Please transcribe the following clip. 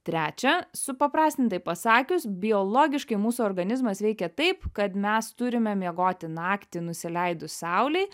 trečia supaprastintai pasakius biologiškai mūsų organizmas veikia taip kad mes turime miegoti naktį nusileidus saulei